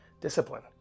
discipline